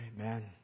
Amen